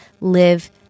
live